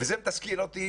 וזה מתסכל אותי